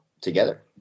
together